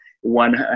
one